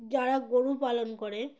যারা গরু পালন করে